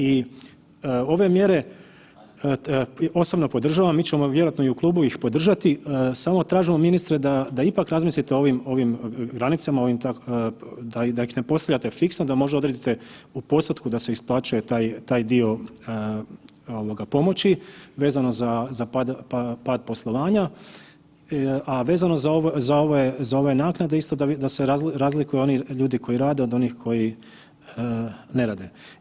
I ove mjere osobno podržavam, mi ćemo vjerojatno i u klubu ih podržati, samo tražimo ministre da ipak razmislite o ovim granicama, da ih ne postavljate fiksno, da možda odredite u postotku da se isplaćuje taj dio pomoći vezano za pad poslovanja, a vezano za ove naknade da se razlikuju oni ljudi koji rade od onih koji ne rade.